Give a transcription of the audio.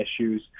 issues